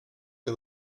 que